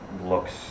Looks